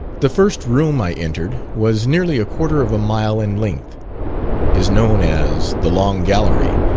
the first room i entered, was nearly a quarter of a mile in length is known as the long gallery,